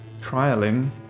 trialing